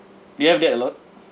do you have that a lot